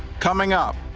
coming up,